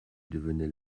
devenait